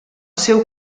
seu